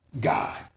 God